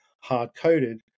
hard-coded